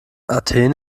athen